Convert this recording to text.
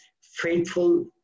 faithful